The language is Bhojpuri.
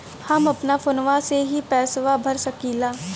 हम अपना फोनवा से ही पेसवा भर सकी ला?